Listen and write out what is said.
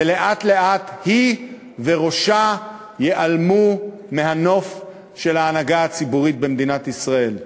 ולאט-לאט היא וראשה ייעלמו מהנוף של ההנהגה הציבורית במדינת ישראל.